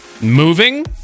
Moving